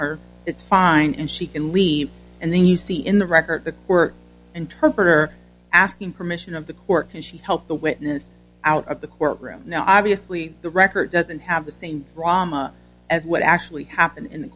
her it's fine and she can leave and then you see in the record that we're interpreter asking permission of the court can she help the witness out of the courtroom now obviously the record doesn't have the same drama as what actually happened in the